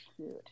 cute